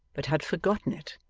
but had forgotten it.